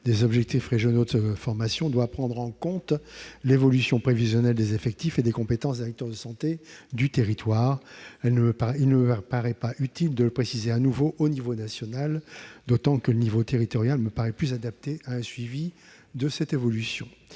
des objectifs régionaux de formation doit prendre en compte « l'évolution prévisionnelle des effectifs et des compétences des acteurs de santé du territoire ». Il ne paraît donc pas utile de le préciser de nouveau à l'échelon national, d'autant que l'échelon territorial est plus adapté à un suivi de cette évolution.